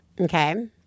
Okay